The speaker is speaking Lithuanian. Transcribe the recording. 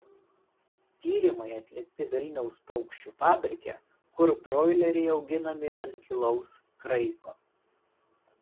tyrimai atlikti vilniaus paukščių fabrike kur broileriai auginami ant gilaus kraiko